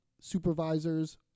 Supervisors